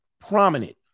prominent